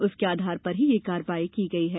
उसके आधार पर ही यह कार्यवाई की है